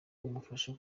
umufasha